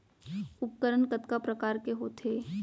उपकरण कतका प्रकार के होथे?